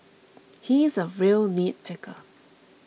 he is a real nitpicker